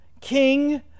king